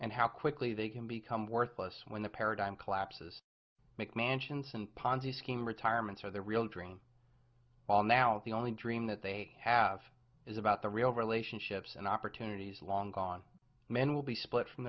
an how quickly they can become worthless when the paradigm collapses make mansions and ponzi scheme retirements are the real dream while now the only dream that they have is about the real relationships and opportunities long gone men will be split from